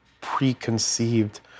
preconceived